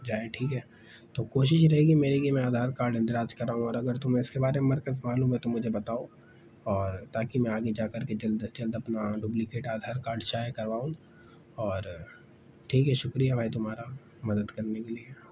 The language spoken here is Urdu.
جائیں ٹھیک ہے تو کوشش یہ رہے گی میری کہ میں آدھار کارڈ اندراج کراؤں اور اگر تم اس کے بارے میں مرکز معلوم ہے تو مجھے بتاؤ اور تاکہ میں آگے جا کر کے جلد از جلد اپنا ڈبلیکیٹ آدھار کارڈ شائع کرواؤں اور ٹھیک ہے شکریہ بھائی تمہارا مدد کرنے کے لیے